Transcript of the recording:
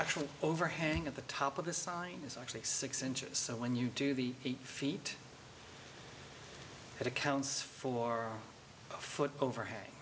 actual overhang of the top of the sign is actually six inches so when you do the eight feet it accounts for a foot over